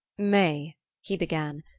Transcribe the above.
may he began,